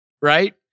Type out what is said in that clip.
right